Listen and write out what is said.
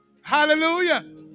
Hallelujah